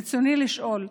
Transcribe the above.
רצוני לשאול: